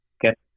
get